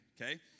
okay